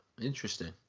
Interesting